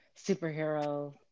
superhero